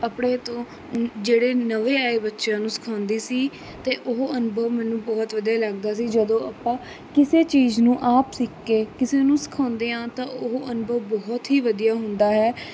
ਆਪਣੇ ਤੋਂ ਜਿਹੜੇ ਨਵੇਂ ਆਏ ਬੱਚਿਆਂ ਨੂੰ ਸਿਖਾਉਂਦੀ ਸੀ ਤਾਂ ਉਹ ਅਨੁਭਵ ਮੈਨੂੰ ਬਹੁਤ ਵਧੀਆ ਲੱਗਦਾ ਸੀ ਜਦੋਂ ਆਪਾਂ ਕਿਸੇ ਚੀਜ਼ ਨੂੰ ਆਪ ਸਿੱਖ ਕੇ ਕਿਸੇ ਨੂੰ ਸਿਖਾਉਂਦੇ ਹਾਂ ਤਾਂ ਉਹ ਅਨੁਭਵ ਬਹੁਤ ਹੀ ਵਧੀਆ ਹੁੰਦਾ ਹੈ